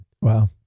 Wow